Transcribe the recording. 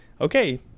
okay